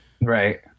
Right